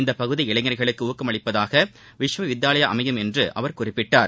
இந்த பகுதி இளைஞர்களுக்கு ஊக்கமளிப்பதாக விஷ்வ வித்யாலயா அமையும் என்று அவர் குறிப்பிட்டார்